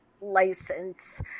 license